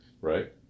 right